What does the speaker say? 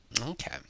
okay